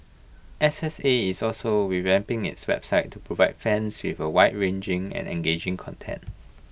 S S A is also revamping its website to provide fans with wide ranging and engaging content